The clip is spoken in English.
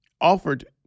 offered